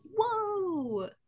Whoa